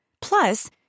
Plus